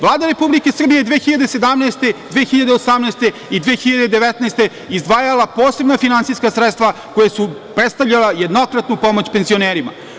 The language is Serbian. Vlada Republike Srbije je 2017, 2018. i 2019. godine izdvajala posebna finansijska sredstva koja su predstavljala jednokratnu pomoć penzionerima.